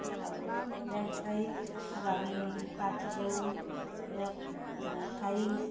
अब चाहे कहीँ अब हामी पार्टी जाउँ या कहीँ